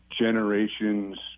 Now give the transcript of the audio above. generations